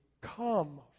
come